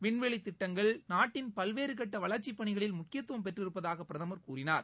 விண்வெளி திட்டங்கள் நாட்டின் பல்வேறு கட்ட வளர்ச்சிப் பணிகளில் முக்கியத்துவம் பெற்றிருப்பதாக பிரதமர் கூறினார்